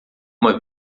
uma